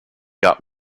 got